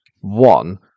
One